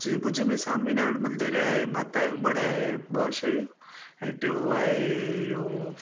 जीअं भुज में स्वामी नारायण मंदिर आहे माता जो मढ़ आहे ॿ शयूं ऐं टियो आहे इहो